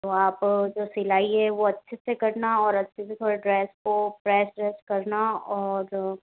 तो आप जो सिलाई है वो अच्छे से करना और अच्छे से थोड़ा ड्रेस को प्रेस व्रेस करना और